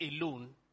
alone